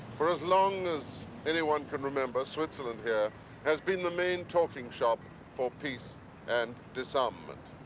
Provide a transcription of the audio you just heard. for as long as anyone can remember, switzerland here has been the main talking shop for peace and disarmament.